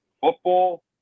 Football